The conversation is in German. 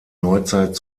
neuzeit